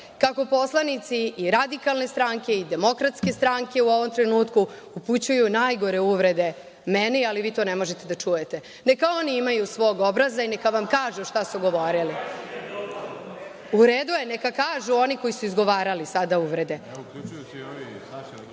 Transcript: kako poslanici i Radikalne stranke i Demokratske stranke u ovom trenutku upućuju najgore uvrede meni, ali vi to ne možete da čujete. Neka oni imaju svog obraza i neka vam kažu šta su govorili. U redu je, neka kažu oni koji su izgovarali sada uvrede. Što